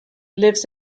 lives